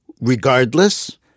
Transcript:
regardless